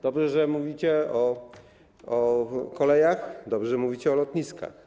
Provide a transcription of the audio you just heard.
Dobrze, że mówicie o kolejach, mówicie o lotniskach.